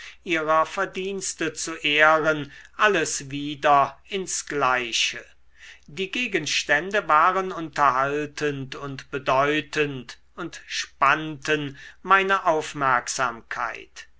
ihrer verdienste zu ehren alles wieder ins gleiche die gegenstände waren unterhaltend und bedeutend und spannten meine aufmerksamkeit